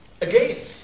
again